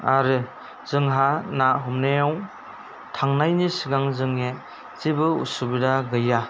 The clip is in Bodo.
आरो जोंहा ना हमनायाव थांनायनि सिगां जोंना जेबो उसुबिदा गैया